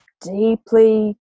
deeply